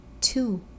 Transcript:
Two